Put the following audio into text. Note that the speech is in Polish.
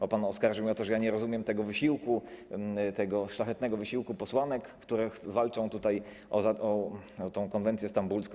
Bo pan oskarżył mnie o to, że ja nie rozumiem tego wysiłku, tego szlachetnego wysiłku posłanek, które walczą tutaj o konwencję stambulską.